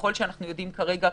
ככל שאנחנו יודעים כרגע,